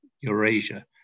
Eurasia